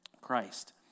Christ